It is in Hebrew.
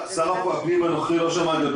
לא שמעתי את שר הפנים הנוכחי מתנגד.